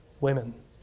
women